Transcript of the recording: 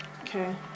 Okay